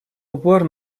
упор